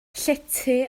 llety